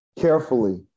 carefully